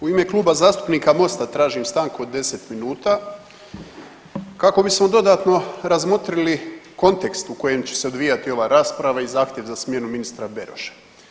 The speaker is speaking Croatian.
U ime Kluba zastupnika Mosta tražim stanku od 10 minuta kako bismo dodatno razmotrili kontekst u kojem će se odvijati ova rasprava i zahtjev za smjenom ministra Beroša.